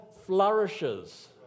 flourishes